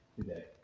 today